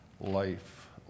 life